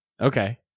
Okay